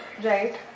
right